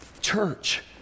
church